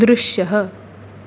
दृश्यः